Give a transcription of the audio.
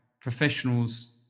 professionals